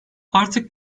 artık